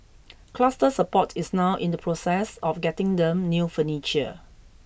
cluster support is now in the process of getting them new furniture